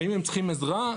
האם הם צריכים עזרה?